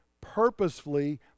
purposefully